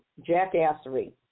jackassery